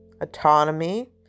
autonomy